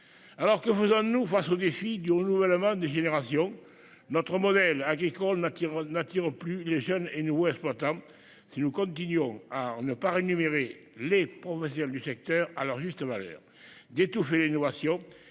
Alors que vous en nous face au défi du renouvellement des générations. Notre modèle agricole matière n'attire plus les jeunes et nous exploitants. Si nous continuons à ne pas rémunérer les professionnels du secteur à leur juste valeur. D'étouffer les notions